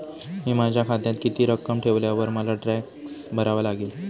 मी माझ्या खात्यात किती रक्कम ठेवल्यावर मला टॅक्स भरावा लागेल?